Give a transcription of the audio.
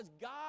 God